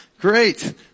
Great